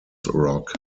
rock